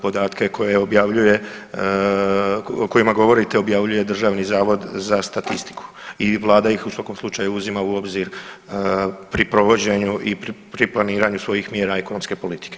Podatke koje objavljuje, o kojima govorite objavljuje Državni zavod za statistiku i Vlada ih u svakom slučaju uzima u obzir pri provođenju i pri planiranju svojih mjera ekonomske politike.